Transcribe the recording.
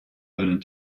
evident